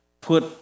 put